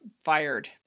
fired